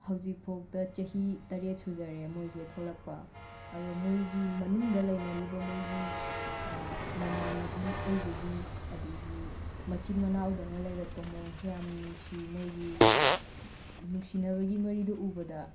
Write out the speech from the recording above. ꯍꯧꯖꯤꯛꯐꯧꯗ ꯆꯍꯤ ꯇꯥꯔꯦꯠ ꯁꯨꯖꯔꯦ ꯃꯣꯏꯁꯦ ꯊꯣꯛꯂꯛꯄ ꯑꯗꯣ ꯃꯣꯏꯒꯤ ꯃꯅꯨꯡꯗ ꯂꯩꯅꯔꯤꯕ ꯃꯣꯏꯒꯤ ꯃꯃꯥꯟꯅꯕꯤ ꯑꯣꯏꯕꯒꯤ ꯑꯗꯩꯒꯤ ꯃꯆꯤꯟ ꯃꯅꯥꯎꯗꯧꯅ ꯂꯩꯔꯛꯄ ꯃꯑꯣꯡꯁꯦ ꯌꯥꯝꯅ ꯅꯨꯡꯁꯤ ꯃꯣꯏꯒꯤ ꯅꯨꯡꯁꯤꯅꯕꯒꯤ ꯃꯔꯤꯗꯣ ꯎꯕꯗ